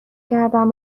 کردم